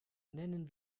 nennen